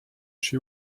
she